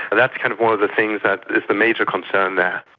that's kind of one of the things that is the major concern there.